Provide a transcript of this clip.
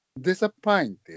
disappointed